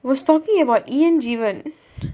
was talking about ian jeevan